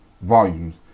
volumes